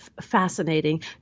Fascinating